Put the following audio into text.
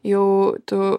jau tu